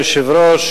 אדוני היושב-ראש,